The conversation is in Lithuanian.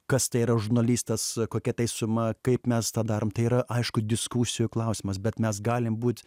kas tai yra žurnalistas kokia tai suma kaip mes tą darom tai yra aišku diskusijų klausimas bet mes galim būt